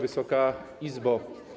Wysoka Izbo!